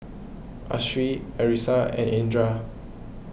Hasif Arissa and Indra